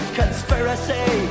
conspiracy